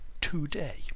today